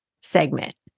segment